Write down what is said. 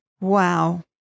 Wow